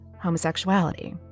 homosexuality